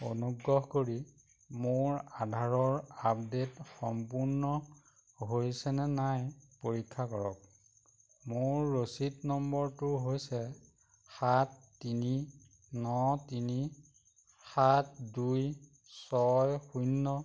অনুগ্ৰহ কৰি মোৰ আধাৰৰ আপডে'ট সম্পূৰ্ণ হৈছেনে নাই পৰীক্ষা কৰক মোৰ ৰচিদ নম্বৰটো হৈছে সাত তিনি ন তিনি সাত দুই ছয় শূন্য